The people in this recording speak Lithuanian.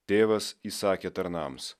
tėvas įsakė tarnams